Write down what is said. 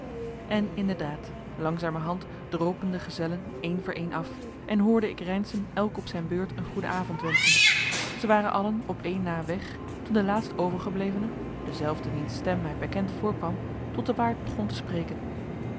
en inderdaad langzamerhand dropen de gezellen één voor één af en hoorde ik reynszen elk op zijn beurt een goeden avond wenschen zij waren allen op één na weg toen de laatst overgeblevene dezelfde wiens stem mij bekend voorkwam tot den waard begon te spreken